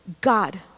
God